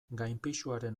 gainpisuaren